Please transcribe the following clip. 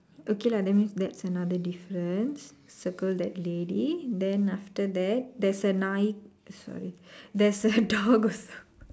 okay lah that means that's another difference circle that lady then after that there's a நாய்:naai sorry there's a dog also